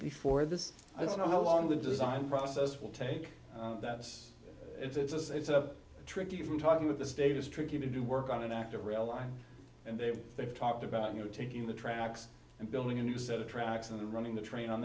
before this i don't know how long the design process will take that as it is it's a tricky from talking with this date is tricky to do work on an active rail line and they've they've talked about you know taking the tracks and building a new set of tracks and running the train on